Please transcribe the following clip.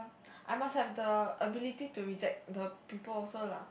I must have the ability to reject the people also lah